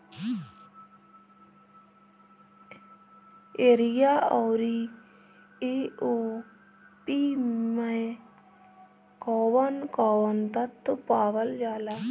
Urea औरी AOP मै कौवन कौवन तत्व पावल जाला?